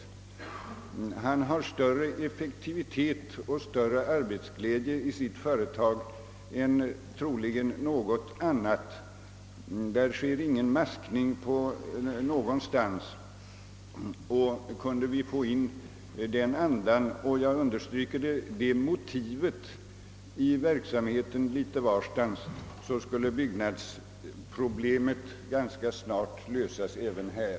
Det råder större effektivitet och större arbetsglädje i hans företag än troligen i något annat. Där sker ingen maskning någonstans. Kunde vi få in den andan och — jag understryker det — det motivet i verk samheten litet varstans, skulle byggnadsproblemet ganska snart lösas även här.